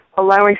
allowing